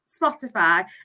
Spotify